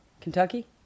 Kentucky